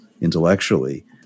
intellectually